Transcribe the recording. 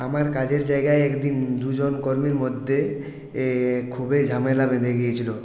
আমার কাজের জায়গায় একদিন দুজন কর্মীর মধ্যে খুবই ঝামেলা বেঁধে গিয়েছিল